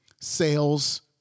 Sales